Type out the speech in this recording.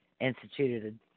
instituted